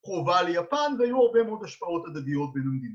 חובה ליפן והיו הרבה מאוד השפעות הדדיות בין המדינים